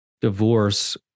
divorce